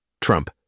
Trump